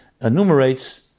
enumerates